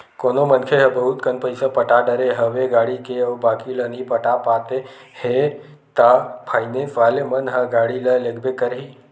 कोनो मनखे ह बहुत कन पइसा पटा डरे हवे गाड़ी के अउ बाकी ल नइ पटा पाते हे ता फायनेंस वाले मन ह गाड़ी ल लेगबे करही